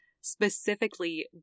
specifically